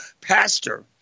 pastor